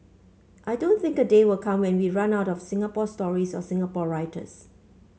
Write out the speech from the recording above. I don't think a day will come where we run out of Singapore stories or Singapore writers